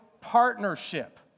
partnership